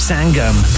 Sangam